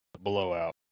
blowout